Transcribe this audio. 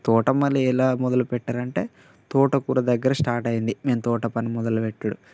తోటమాలి ఎలా మొదలుపెట్టారంటే తోటకూర దగ్గర స్టార్ట్ అయింది మేం తోటపని మొదలుపెట్టుడు